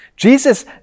Jesus